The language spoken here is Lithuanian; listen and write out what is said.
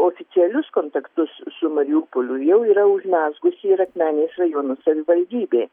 oficialius kontaktus su mariupoliu jau yra užmezgusi ir akmenės rajono savivaldybė